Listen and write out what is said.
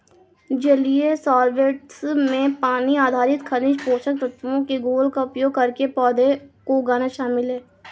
जलीय सॉल्वैंट्स में पानी आधारित खनिज पोषक तत्वों के घोल का उपयोग करके पौधों को उगाना शामिल है